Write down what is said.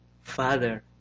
Father